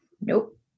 Nope